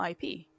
IP